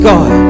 God